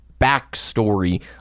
backstory